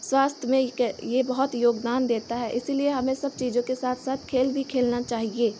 स्वस्थ में यह बहुत योगदान देता है इसीलिए हमे सब चीज़ों के साथ साथ खेल भी खेलना चाहिए